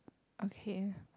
okay